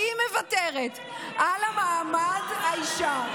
שהיא מוותרת על מעמד האישה.